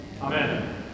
Amen